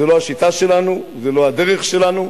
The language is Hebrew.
זאת לא השיטה שלנו, זאת לא הדרך שלנו.